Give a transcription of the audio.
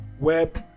web